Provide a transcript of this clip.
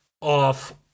off